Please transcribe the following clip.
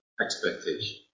Expectation